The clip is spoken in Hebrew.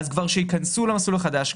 שייכנסו למסלול החדש,